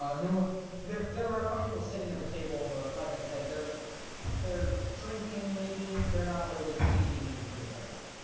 ah no one there there are companies while sitting at the table, but like i said, they're they're drinking maybe they're not really eating any food right now